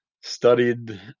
studied